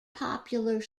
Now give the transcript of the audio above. popular